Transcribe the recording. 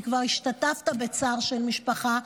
כי כבר השתתפת בצער של משפחה,